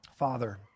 Father